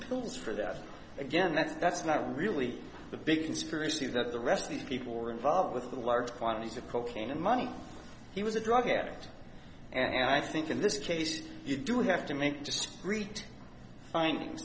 plaudits for that again that's that's not really the big conspiracy that the rest of the people were involved with the large quantities of cocaine and money he was a drug addict and i think in this case you do have to make just read finding